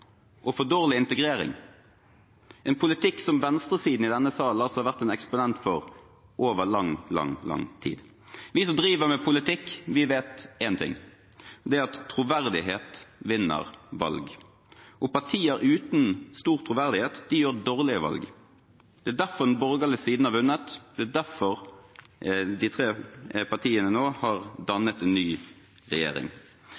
og for dårlig integrering – en politikk venstresiden i denne salen har vært eksponent for i lang, lang tid. Vi som driver med politikk, vet én ting – det er at troverdighet vinner valg. Partier uten stor troverdighet gjør dårlige valg. Det er derfor den borgerlige siden har vunnet, det er derfor de tre partiene nå har